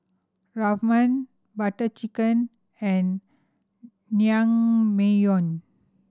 Ramen Butter Chicken and Naengmyeon